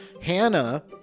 hannah